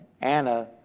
Anna